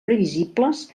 previsibles